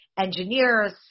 engineers